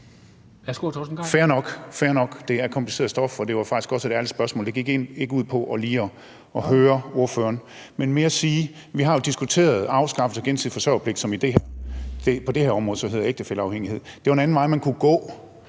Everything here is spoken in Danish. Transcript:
fair nok. Det er kompliceret stof, og det var faktisk et ærligt spørgsmål. Det gik ikke ud på lige at udspørge ordføreren, men var mere for at sige, at vi jo har diskuteret afskaffelsen af gensidig forsørgerpligt, som på det her område hedder ægtefælleafhængighed. Det er jo en anden vej, man kunne gå